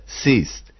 ceased